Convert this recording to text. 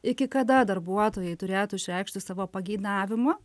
iki kada darbuotojai turėtų išreikšti savo pageidavimą